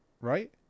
right